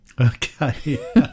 Okay